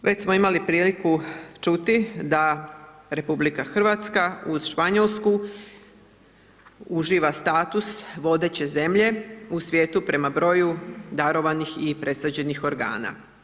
Već smo imali priliku čuti da RH uz Španjolsku uživa status vodeće zemlje u svijetu prema broju darovanih i presađenih organa.